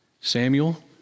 Samuel